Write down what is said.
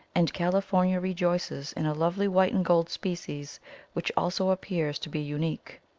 and california rejoices in a lovely white and-gold species which also appears to be unique.